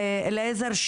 אליעזר,